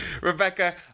rebecca